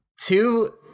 Two